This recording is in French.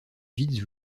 vides